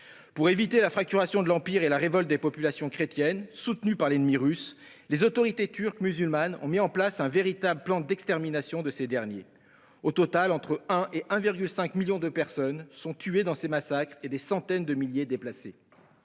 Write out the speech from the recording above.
Pour éviter la fracturation de l'Empire et la révolte des populations chrétiennes, soutenues par l'ennemi russe, les autorités turques musulmanes ont mis en place un véritable plan d'extermination de ces dernières. Au total, entre 1 et 1,5 million de personnes est tué dans ces massacres et des centaines de milliers d'autres